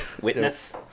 witness